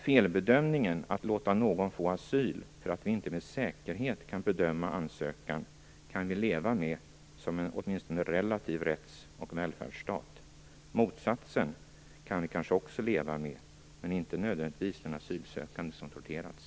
Felbedömningen att låta någon få asyl för att vi inte med säkerhet kan bedöma ansökan kan vi leva med som en, åtminstone relativt sett, rätts och välfärdsstat. Motsatsen kan vi kanske också leva med, men inte nödvändigtvis en asylsökande som torterats.